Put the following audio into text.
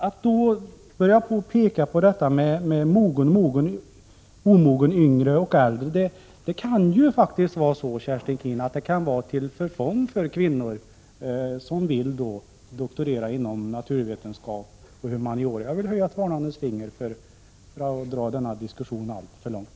Att då börja tala om vad äldre och yngre människor passar för är olyckligt. Det kan faktiskt, Kerstin Keen, bli till förfång för kvinnor som vill doktorera inom naturvetenskap och humaniora. Jag vill höja ett varnande finger för att föra denna diskussion alltför långt.